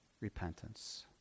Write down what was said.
repentance